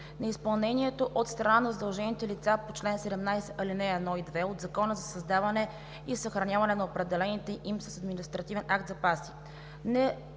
неизпълнението от страна на задължените лица по чл. 17 ал. 1 и 2 от Закона за създаване и съхраняване на определените им с административен акт запаси;